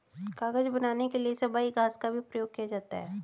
कागज बनाने के लिए सबई घास का भी प्रयोग किया जाता है